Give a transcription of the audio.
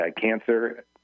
cancer